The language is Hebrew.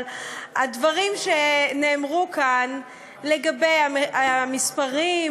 אבל הדברים שנאמרו כאן לגבי המספרים,